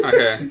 Okay